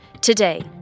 Today